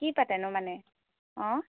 কি পাতেনো মানে অঁ